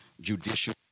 judicial